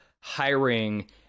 hiring